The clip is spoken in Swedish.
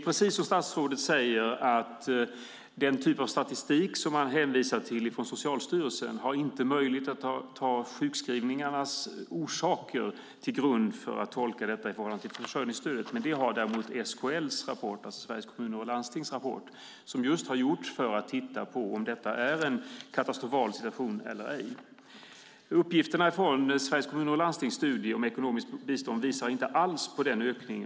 Precis som statsrådet säger har den typ av statistik från Socialstyrelsen som hänvisas till inte möjlighet att ta sjukskrivningarnas orsaker till grund för att tolka det i förhållande till försörjningsstödet. Det har däremot Sveriges Kommuner och landstings, SKL:s, rapport som just har gjorts för att titta på om det är en katastrofal situation eller ej. Uppgifterna i SKL:s studie om ekonomiskt bistånd visar inte alls på denna ökning.